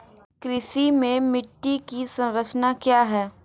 कृषि में मिट्टी की संरचना क्या है?